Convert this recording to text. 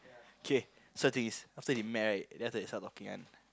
k so the thing is after they met right then after that they start talking one